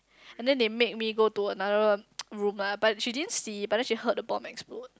and then they make me go to another room lah but she didn't see but then she heard the bomb explode